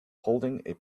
holding